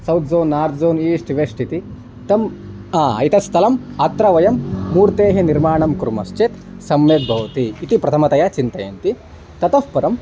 south zone north zone east west इति तम् इति स्थलम् अत्र वयं मूर्तेः निर्माणं कुर्मश्चेत् सम्यक् भवति इति प्रथमतया चिन्तयन्ति ततः परम्